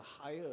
higher